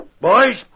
Boys